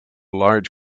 large